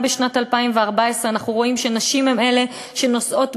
גם בשנת 2014 אנחנו רואים שנשים הן אלה שנושאות